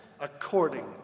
according